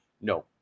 No